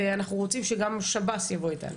ואנחנו רוצים שגם שב"ס יבוא אתנו.